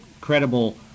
credible